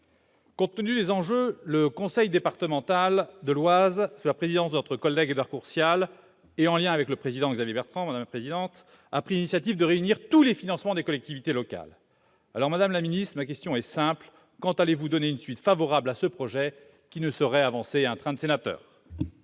Compte tenu des enjeux, le conseil départemental de l'Oise, sous la présidence de notre collègue Édouard Courtial et en lien avec le président Xavier Bertrand, a pris l'initiative de réunir les financements de toutes les collectivités locales concernées. Ma question est simple, madame la ministre : quand comptez-vous donner une suite favorable à ce projet, qui ne saurait avancer à un train de sénateur ?